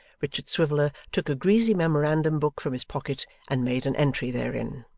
richard swiveller took a greasy memorandum-book from his pocket and made an entry therein.